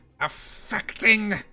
affecting